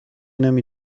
نمی